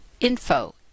info